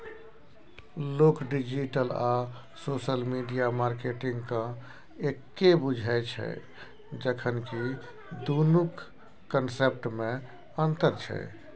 लोक डिजिटल आ social media मार्केटिंगकेँ एक्के बुझय छै जखन कि दुनुक कंसेप्टमे अंतर छै